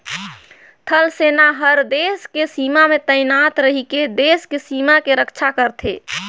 थल सेना हर देस के सीमा में तइनात रहिके देस के सीमा के रक्छा करथे